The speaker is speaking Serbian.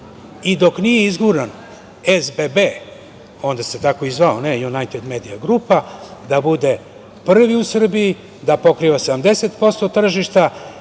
i dok nije izguran SBB, onda se tako i zvao, ne „Junajted medija grupa“, da bude prvi u Srbiji, da pokriva 70% tržišta.